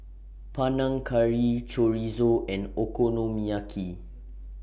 Panang Curry Chorizo and Okonomiyaki